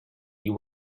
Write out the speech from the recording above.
you